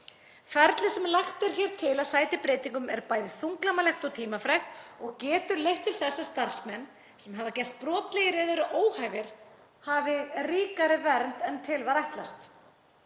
Ferlið, sem hér er lagt til að sæti breytingum, er bæði þunglamalegt og tímafrekt og getur leitt til þess að starfsmenn sem hafa gerst brotlegir eða eru óhæfir hafi ríkari vernd en til var ætlast.